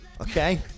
Okay